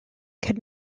could